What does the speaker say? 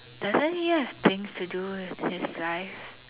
doesn't he have things to do with his life